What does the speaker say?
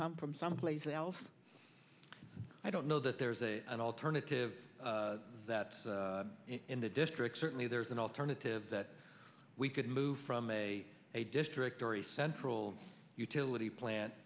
come from someplace else i don't know that there is a an alternative that's in the district certainly there is an alternative that we could move from a a district or a central utility plant